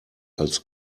als